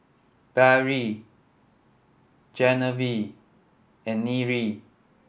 Barrie Genevieve and Nyree